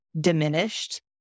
diminished